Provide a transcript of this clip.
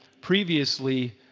previously